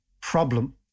problem